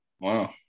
Wow